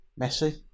Messi